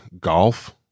golf